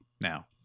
now